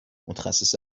متخصص